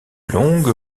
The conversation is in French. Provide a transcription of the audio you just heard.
longue